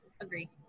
Agree